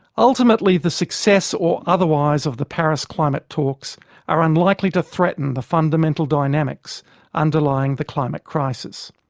ultimately the success or otherwise of the paris climate talks are unlikely to threaten the fundamental dynamics underlying the climate crisis.